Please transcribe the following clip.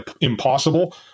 impossible